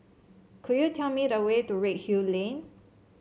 could you tell me the way to Redhill Lane